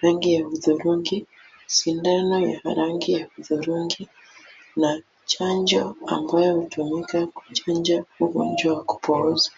rangi ya hudhurungi, sindano ya rangi ya hudhurungi na chanjo ambayo hutumika kuchanja ugonjwa wa kupooza.